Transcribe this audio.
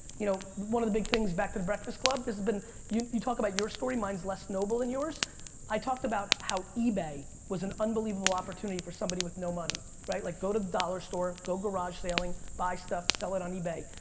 you know one of the big things back to the breakfast club, you know you talk about your story, mine's less noble than yours i talked about how ebay was an unbelievable opportunity for somebody with no money. right, like go to the dollar store, go garage saling, buy stuff, sell it on ebay.